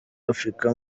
africa